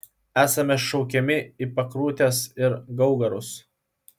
esame šaukiami į pakriūtes ir gaugarus